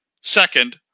Second